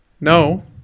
no